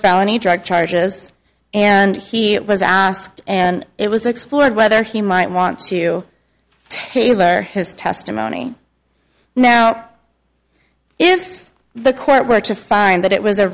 felony drug charges and he was asked and it was explored whether he might want to tailor his testimony now if the court were to find that it was a